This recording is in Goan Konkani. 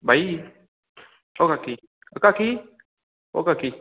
भाई ओ काकी ओ काकी